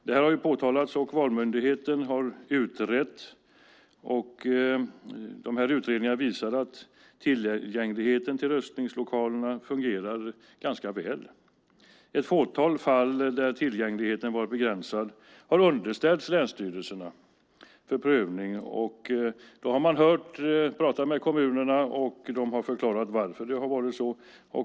Det har påtalats, och Valmyndigheten har utrett. Dessa utredningar visade att tillgängligheten till röstningslokalerna fungerar ganska väl. De fåtal fall där tillgängligheten var begränsad har underställts länsstyrelserna för prövning. De har talat med kommunerna, och de har förklarat varför det har varit så.